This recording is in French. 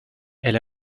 elle